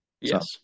Yes